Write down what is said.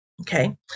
okay